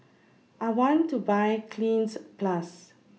I want to Buy Cleanz Plus